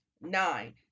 Nine